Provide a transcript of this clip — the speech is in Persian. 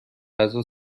غذا